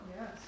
Yes